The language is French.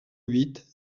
huit